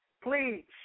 Please